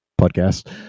podcast